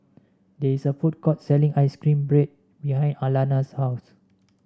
there is a food court selling ice cream bread behind Alanna's house